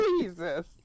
Jesus